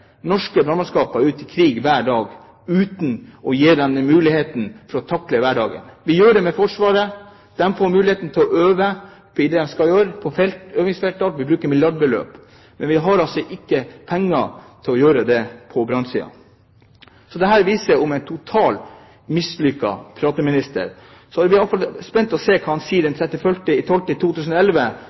norske brannmannskaper ut i krig hver dag uten å gi dem mulighet til å takle hverdagen. Det gjøres i Forsvaret. Der får de mulighet til å øve på det de skal gjøre, på øvingsfeltet, og vi bruker milliardbeløp. Men vi har altså ikke penger til å gjøre dette på brannsiden. Det viser en totalt mislykket prateminister. Så er vi spente på å høre hva han sier den 31. desember 2011, når han ikke har nådd gjennom med dette. Skal han prate inn at det kanskje skjer i